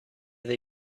they